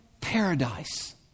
paradise